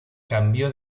cambió